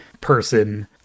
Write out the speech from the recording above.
person